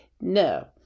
no